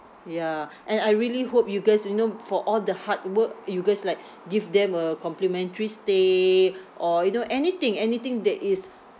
ya and I really hope you guys you know for all the hard work you guys like give them a complimentary stay or you know anything anything that is